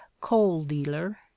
coal-dealer